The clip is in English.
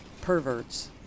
Perverts